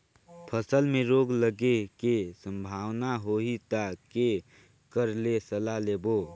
फसल मे रोग लगे के संभावना होही ता के कर ले सलाह लेबो?